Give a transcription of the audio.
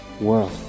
world